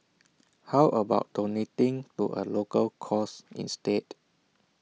how about donating to A local cause instead